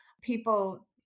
people